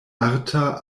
arta